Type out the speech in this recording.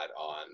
on